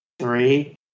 three